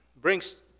brings